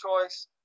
choice